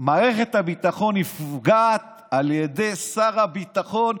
מערכת הביטחון נפגעת על ידי שר הביטחון.